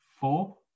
Four